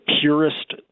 purest